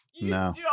No